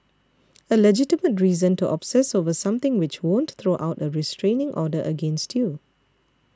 a legitimate reason to obsess over something which won't throw out a restraining order against you